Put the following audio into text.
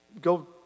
go